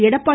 Edappadi